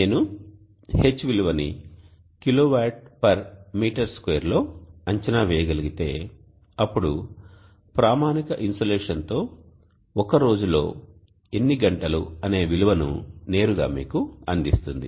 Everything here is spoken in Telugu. నేను H విలువని kWm2 లో అంచనా వేయగలిగితే అప్పుడు ప్రామాణిక ఇన్సోలేషన్తో ఒక రోజులో ఎన్ని గంటలు అనే విలువను నేరుగా మీకు అందిస్తుంది